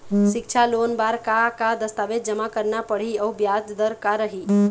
सिक्छा लोन बार का का दस्तावेज जमा करना पढ़ही अउ ब्याज दर का रही?